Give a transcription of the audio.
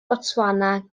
botswana